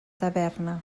taverna